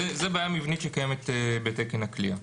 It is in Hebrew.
זו בעיה מבנית שקיימת בתקן הכליאה.